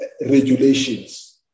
regulations